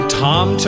tom